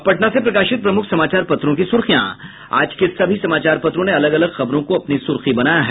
अब पटना से प्रकाशित प्रमुख समाचार पत्रों की सुर्खियां आज के सभी समाचार पत्रों ने अलग अलग खबरों को अपनी सुर्खी बनाया है